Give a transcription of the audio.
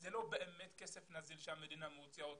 זה לא באמת כסף נזיל שהמדינה מוציאה אותו.